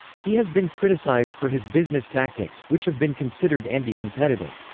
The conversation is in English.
he has been criticized for his business tactics, which have been considered anti-competitive.